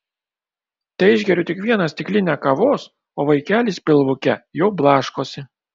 teišgeriu tik vieną stiklinę kavos o vaikelis pilvuke jau blaškosi